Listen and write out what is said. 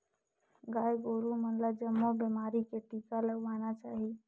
गाय गोरु मन ल जमो बेमारी के टिका लगवाना चाही